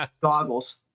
goggles